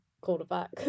quarterback